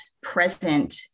present